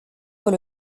voit